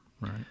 right